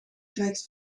krijgt